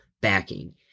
backing